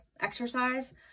exercise